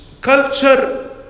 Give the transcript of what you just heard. culture